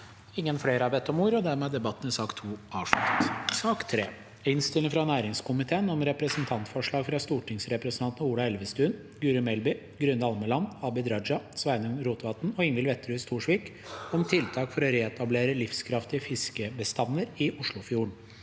Votering i sak nr. 3, debattert 30. november 2023 Innstilling fra næringskomiteen om Representantforslag fra stortingsrepresentantene Ola Elvestuen, Guri Melby, Grunde Almeland, Abid Raja, Sveinung Rotevatn og Ingvild Wetrhus Thorsvik om tiltak for å reetablere livskraftige fiskebestander i Oslofjorden